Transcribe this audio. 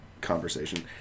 conversation